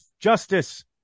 Justice